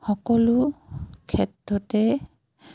সকলো ক্ষেত্ৰতে